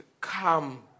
come